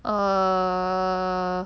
err